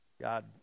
God